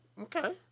Okay